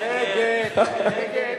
ההצעה